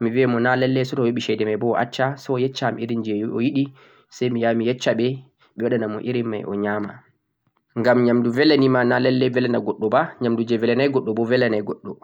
mi biya mo na lallay say to o yoɓi ceede may boo o acca, say o yecca irin jee o yoɗi say mi yaha mi yecca ɓe ɓe waɗa na mo irin may o nyaama, ngam nyaamndu beelana nima na lallay beelana goɗɗo ba, nyaamndu jee beelanay goɗɗo bo beelanay goɗɗo.